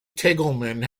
tilghman